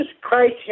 Christ